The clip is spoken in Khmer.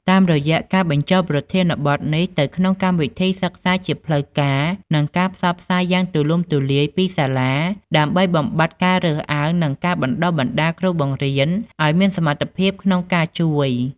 តាមរយៈការបញ្ចូលប្រធានបទនេះទៅក្នុងកម្មវិធីសិក្សាជាផ្លូវការ ការផ្សព្វផ្សាយយ៉ាងទូលំទូលាយពីសាលាដើម្បីបំបាត់ការរើសអើង និងការបណ្ដុះបណ្ដាលគ្រូបង្រៀនឱ្យមានសមត្ថភាពក្នុងការជួយ។